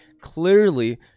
clearly